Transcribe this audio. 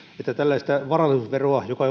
että perittäisiin tällaista varallisuusveroa joka